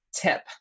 tip